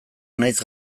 nahiz